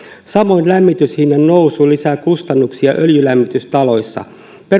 samoin lämmityshinnan nousu lisää kustannuksia öljylämmitystaloissa